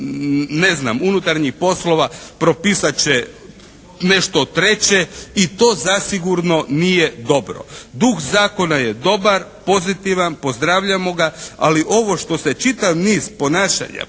ne znam unutarnjih poslova propisat će nešto treće. I to zasigurno nije dobro. Duh zakona je dobar, pozitivan, pozdravljamo ga. Ali ovo što se čitav niz ponašanja